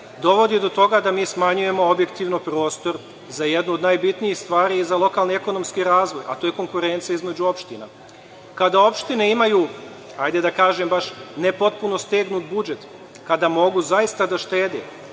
dovodi do toga da mi smanjujemo objektivno prostor za jednu od najbitnijih stvari i za lokalni ekonomski razvoj, a to je konkurencija između opština. Kada opštine imaju, hajde da kažem baš, ne potpuno stegnut budžet, kada mogu zaista da štede,